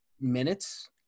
minutes